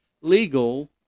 legal